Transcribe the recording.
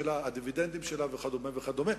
הדיבידנדים וכדומה וכדומה,